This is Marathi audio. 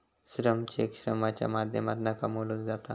श्रम चेक श्रमाच्या माध्यमातना कमवलो जाता